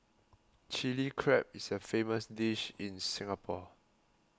Chilli Crab is a famous dish in Singapore